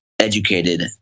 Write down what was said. educated